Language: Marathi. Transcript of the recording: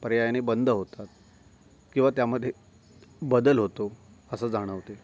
पर्यायाने बंद होतात किंवा त्यामध्ये बदल होतो असं जाणवते